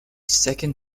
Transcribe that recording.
second